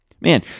Man